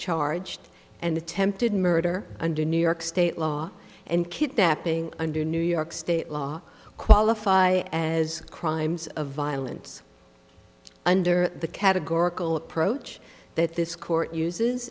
charged and attempted murder under new york state law and kidnapping under new york state law qualify as crimes of violence under the categorical approach that this court uses